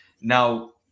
Now